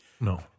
No